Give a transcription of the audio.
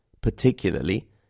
particularly